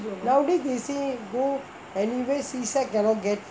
nowadays they say go anywhere seaside cannot get